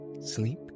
sleep